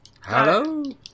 Hello